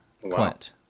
Clint